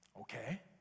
Okay